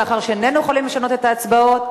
מאחר שאיננו יכולים לשנות את ההצבעות,